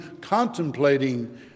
contemplating